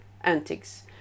antics